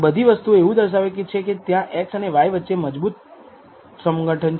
આ બધી વસ્તુઓ એવું દર્શાવે છે કે ત્યાં x અને y વચ્ચે ખરેખર મજબૂત સંગઠન છે